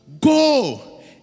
Go